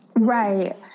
Right